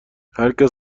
هرکس